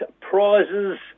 prizes